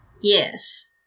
Yes